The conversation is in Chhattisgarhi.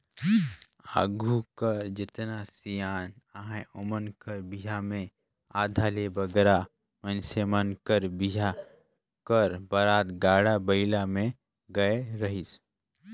आघु कर जेतना सियान अहे ओमन कर बिहा मे आधा ले बगरा मइनसे मन कर बिहा कर बरात गाड़ा बइला मे गए रहिस